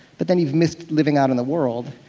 but then you've missed living out in the world.